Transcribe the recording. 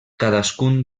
cadascun